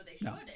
No